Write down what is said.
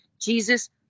Jesus